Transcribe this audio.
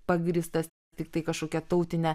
pagrįstas tiktai kažkokia tautine